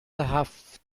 هفتم